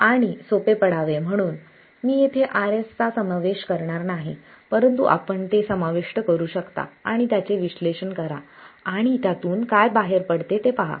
आणि सोपे पडावे म्हणून मी येथे Rs चा समावेश करणार नाही परंतु आपण ते समाविष्ट करू शकता आणि त्याचे विश्लेषण करा आणि त्यातून काय बाहेर पडते ते पहा